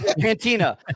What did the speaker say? cantina